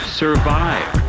survive